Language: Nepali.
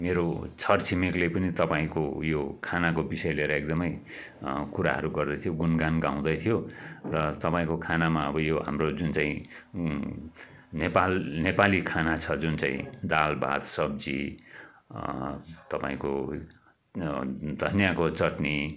मेरो छर छिमेकले पनि तपाईँको उयो खानाको बिषय लिएर एकदमै कुराहरू गर्दैथ्यो गुणगान गाउँदैथ्यो र तपाईँको खानामा अब यो हाम्रो जुन चाहिँ नेपाली खाना छ जुन चाहिँ दाल भात सब्जी तपाईँको धनियाँको चट्नी